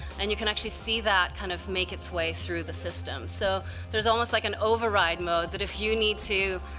and you can actually see that kind of make its way through the system. so there's almost like an override mode, that if you need to,